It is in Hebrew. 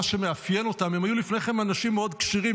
מה שמאפיין אותם הוא שהם היו לפני כן אנשים מאוד כשירים,